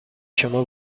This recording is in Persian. شما